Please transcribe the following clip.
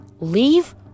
leave